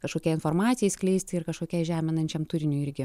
kažkokiai informacijai skleisti ir kažkokiai žeminančiam turiniu irgi